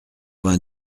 vingt